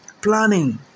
planning